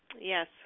Yes